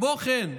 כמו כן,